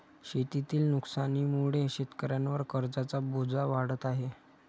शेतीतील नुकसानीमुळे शेतकऱ्यांवर कर्जाचा बोजा वाढत आहे